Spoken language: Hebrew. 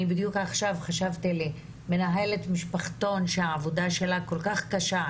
בדיוק עכשיו חשבתי על מנהלות משפחתון שהעבודה שלהן כל כך קשה,